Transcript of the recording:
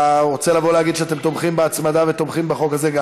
אתה רוצה לבוא להגיד שאתם תומכים בהצמדה ותומכים גם בחוק הזה?